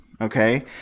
okay